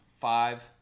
Five